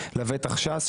לבטח ש"ס,